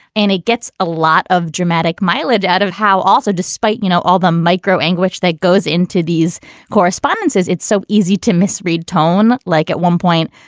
and it gets a lot of dramatic mileage out of how also, despite, you know, all the micro anguish that goes into these correspondences, it's so easy to misread tone like at one point.